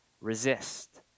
Resist